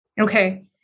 Okay